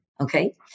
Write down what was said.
okay